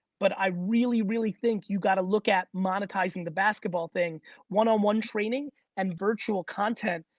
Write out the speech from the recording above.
but i really, really think you've got to look at monetizing the basketball thing one on one training and virtual content.